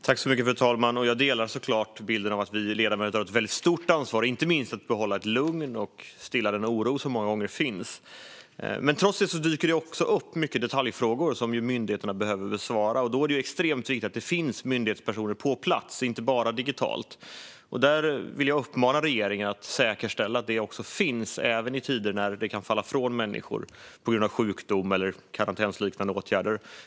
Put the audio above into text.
Fru talman! Jag delar såklart bilden av att vi ledamöter har ett väldigt stort ansvar, inte minst när det gäller att behålla ett lugn och stilla den oro som många gånger finns. Trots detta dyker det dock också upp många detaljfrågor som myndigheterna behöver besvara, och då är det extremt viktigt att det finns myndighetspersoner på plats, inte bara digitalt. Jag vill uppmana regeringen att säkerställa att detta finns, även i tider när människor kan falla från på grund av sjukdom eller karantänsliknande åtgärder.